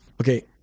Okay